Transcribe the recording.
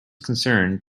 concerned